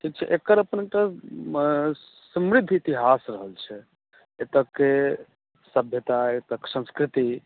एकर अपन तऽ समृद्ध इतिहास रहल छै एतय के सभ्यता संस्कृति